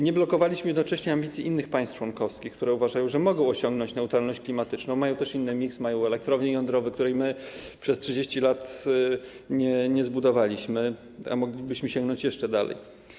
Nie blokowaliśmy jednocześnie ambicji innych państw członkowskich, które uważają, że mogą osiągnąć neutralność klimatyczną, mają też inny miks, mają elektrownie jądrowe, których my przez 30 lat nie zbudowaliśmy, a moglibyśmy sięgnąć jeszcze dalej.